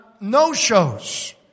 no-shows